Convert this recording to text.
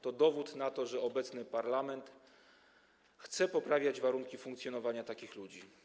To dowód na to, że obecny parlament chce poprawiać warunki funkcjonowania takich ludzi.